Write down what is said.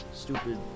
stupid